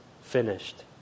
finished